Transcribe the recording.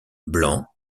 blanc